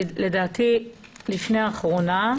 לדעתי לפני אחרונה,